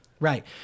Right